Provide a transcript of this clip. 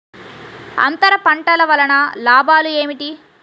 అంతర పంటల వలన లాభాలు ఏమిటి?